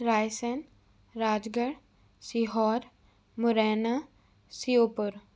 रायसेन राजगढ़ सीहोर मुरैना और श्योपुर